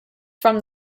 from